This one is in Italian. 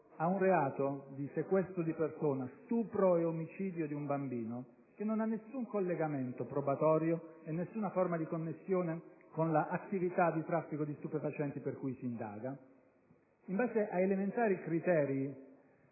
a un reato di sequestro di persona, stupro e omicidio di un bambino che non ha nessun collegamento probatorio e nessuna forma di connessione con l'attività di traffico di stupefacenti per cui si indaga. In base a elementari criteri